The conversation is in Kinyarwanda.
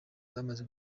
bwamaze